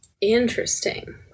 Interesting